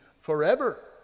forever